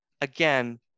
again